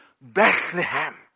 Bethlehem